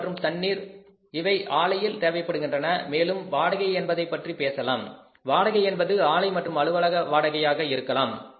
oil மற்றும் தண்ணீர் இவை ஆலையில் தேவைப்படுகின்றன மேலும் வாடகை என்பதைப் பற்றி பேசலாம் வாடகை என்பது ஆலை அல்லது அலுவலக வாடகையாக இருக்கலாம்